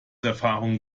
erfahrung